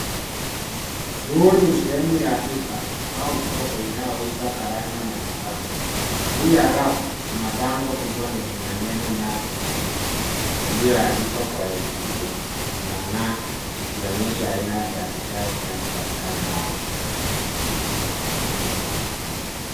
Huu ni sehemu ya duka au soko inayouza karanga na nafaka. Juu ya rafu kuna bango kubwa lenye maneno NUTS & CEREALS yaliyoandikwa kwa herufi kubwa na zinang'aa ikionyesha aina ya bidhaa zinazopatikana hapo.